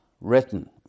written